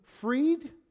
freed